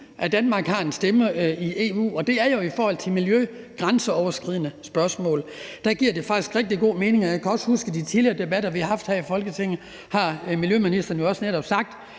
at Danmark har en stemme i EU, og det gør det jo i forhold til grænseoverskridende miljøspørgsmål. Der giver det faktisk rigtig god mening, og jeg kan godt huske det fra de tidligere debatter, vi har haft her i Folketinget, som miljøministeren netop også har sagt.